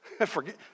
Forget